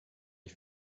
ich